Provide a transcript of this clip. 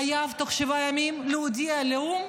חייב תוך שבעה ימים להודיע לאו"ם: